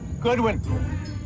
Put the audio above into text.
Goodwin